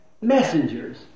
messengers